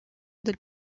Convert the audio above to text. del